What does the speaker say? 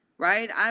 Right